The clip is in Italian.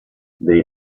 dei